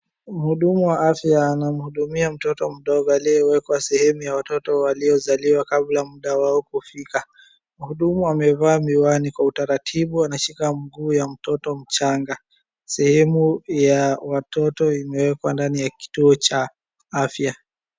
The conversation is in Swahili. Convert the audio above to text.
Mhudumu wa afya anamhudumia mtoto mdogo aliyewekwa sehemu ya watoto waliozaliwa kabla muda wao kufika. Mhudumu amevaa miwani kwa utaratibu ameshika miguu ya mtoto mchanga. Sehemu ya watoto imewekwa ndani ya kituo cha afya.